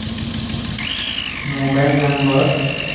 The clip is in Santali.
mobile number